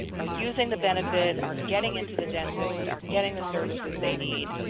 are using the benefit, are getting in to the dentist, are getting the services they need.